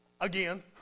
Again